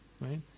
right